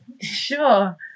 Sure